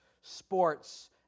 Sports